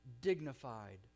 dignified